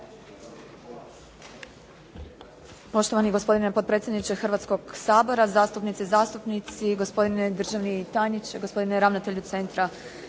Poštovani gospodine potpredsjedniče Hrvatskog sabora, zastupnice i zastupnici, gospodine državni tajniče, gospodine ravnatelju Centra